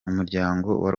umuryango